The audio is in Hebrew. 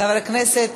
חבר הכנסת